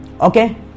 Okay